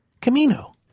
Camino